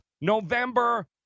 November